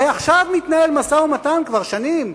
הרי עכשיו מתנהל משא-ומתן, כבר שנים,